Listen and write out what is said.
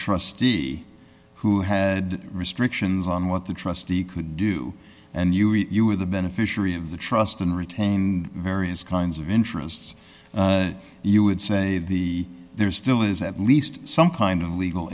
trustee who had restrictions on what the trustee could do and you were the beneficiary of the trust and retained various kinds of interests you would say the there still is at least some kind of legal